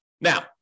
Now